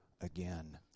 again